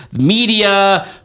media